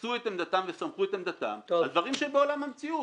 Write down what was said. תפסו את עמדתם וסמכו את עמדתם על דברים שהם בעולם המציאות,